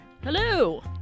Hello